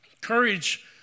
Courage